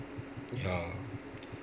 ya